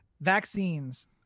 vaccines